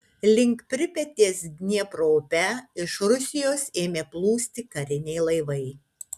link pripetės dniepro upe iš rusijos ėmė plūsti kariniai laivai